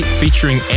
featuring